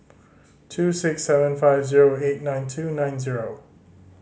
two six seven five zero eight nine two nine zero